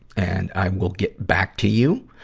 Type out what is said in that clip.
and i will get back to you,